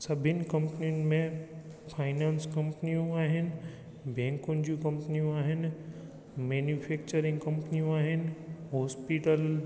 सभिनी कंपनियुनि में फाइनांस कंपनियूं आहिनि बैंकुनि जूं कंपनियूं आहिनि मैन्युफैक्चरिंग कंपनियूं आहिनि हॉस्पिटल